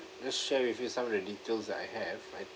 just share with you some of the details I have all right